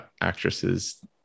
actresses